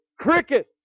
cricket